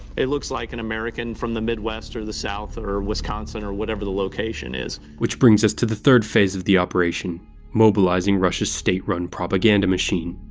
it looks like an american from the midwest or the south or wisconsin or whatever the location is. which brings us to the third phase of the operation mobilizing russia's state-run propaganda machine.